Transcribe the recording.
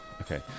Okay